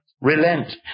Relent